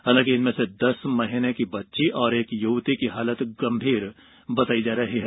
हालांकि इनमें से दस महीने की बच्ची और एक युवती की हालत गंभीर बताई जा रही है